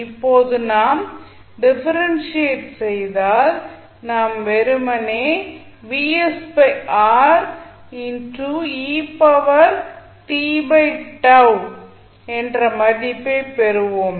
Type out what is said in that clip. இப்போது நாம் டிஃபரென்ஷியேட் செய்தால் நாம் வெறுமனே என்ற மதிப்பைப் பெறுவோம்